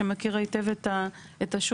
שמכיר היטב את השוק,